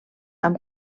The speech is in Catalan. amb